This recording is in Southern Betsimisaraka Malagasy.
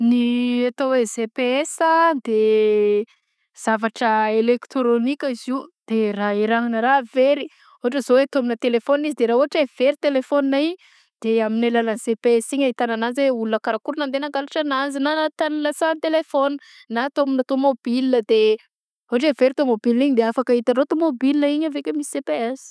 NY atao hoe GPS de zavatra electronique izy io de raha erahagna raha very ôhatra hoe zao atao amy telephone izy de ra ôhatra hoe very telephone igny de amin'ny alalany GPS igny ahitagna ananjy hoe olona karakôry nande nangalatra ananzy na la tany nilatsahan'ny telephone na atao aminà tômôbil de ôhatra hoe very tômôbil igny de afaka itanao tômôbil igny avekeo misy GPS.